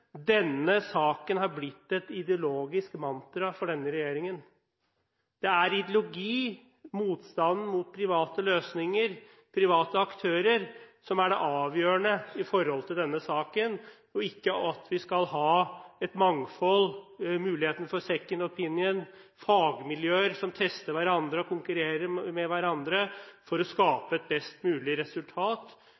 denne saken har blitt et ideologisk mantra for denne regjeringen. Det er ideologi – motstanden mot private løsninger, private aktører – som er det avgjørende i denne saken, og ikke at vi skal ha et mangfold, muligheten for «second opinion», fagmiljøer som tester hverandre og konkurrerer med hverandre for å